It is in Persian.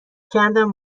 کردم